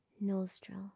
nostril